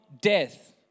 death